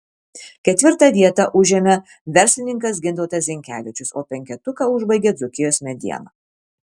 ketvirtą vietą užėmė verslininkas gintautas zinkevičius o penketuką užbaigė dzūkijos mediena